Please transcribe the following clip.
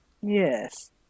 Yes